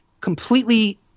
completely